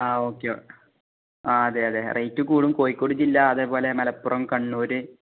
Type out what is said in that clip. ആ ഓക്കെ ആ അതെ അതെ റേറ്റ് കൂടും കോഴിക്കോട് ജില്ല അതേപോലെ മലപ്പുറം കണ്ണൂർ